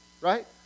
right